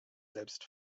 selbst